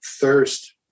thirst